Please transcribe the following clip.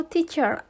Teacher